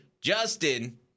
Justin